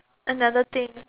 another thing